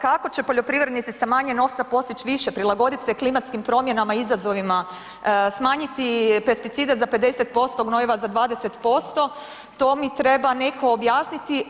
Kako će poljoprivrednici sa manje novca postić više, prilagodit se klimatskim promjenama i izazovima, smanjiti pesticide za 50%, gnojiva za 20% to mi neko treba objasniti.